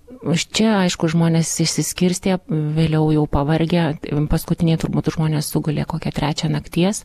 čia aišku žmonės išsiskirstė vėliau jau pavargę paskutiniai turbūt žmonės sugulė kokią trečią nakties